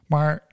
Maar